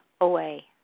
away